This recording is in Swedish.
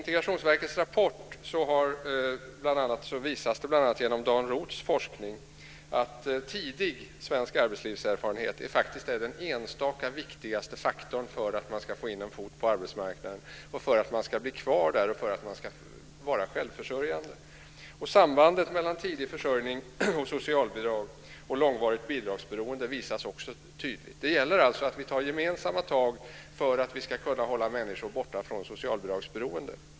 Dan Roths forskning att tidig svensk arbetslivserfarenhet är den enstaka viktigaste faktorn för möjligheterna att få in en fot på arbetsmarknaden, stanna kvar där och vara självförsörjande. Sambandet mellan tidig försörjning, socialbidrag och långvarigt bidragsberoende visas också tydligt. Det gäller alltså för oss att ta gemensamma tag för att kunna hålla människor borta från socialbidragsberoende.